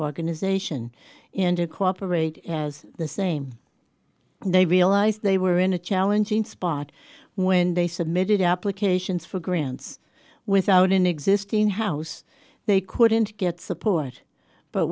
organization in to cooperate has the same they realized they were in a challenging spot when they submitted applications for grants without an existing house they couldn't get support but